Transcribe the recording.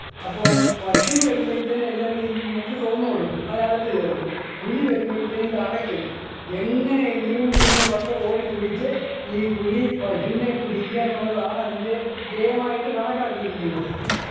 അപ്പം പശു വരുമ്പോഴത്തേന് എല്ലാവരും ഈ നെറ്റ് തുറന്നുകൊടുക്കും അതിനകത്ത് കയറും പുലി വരുമ്പോഴത്തേനുമിതടയ്ക്കും എങ്ങനെയെങ്കിലും ഇതിന്റെ വട്ടം ഓടിപ്പിടിച്ച് ഈ പുലി പശുവിനെ പിടിയ്ക്കുക എന്നുള്ളതാണതിന്റെ ജയമായിട്ട് കണക്കാക്കിയിരിക്കുന്നത്